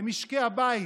למשקי הבית,